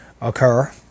occur